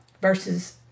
versus